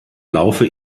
laufe